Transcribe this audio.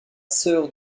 sœur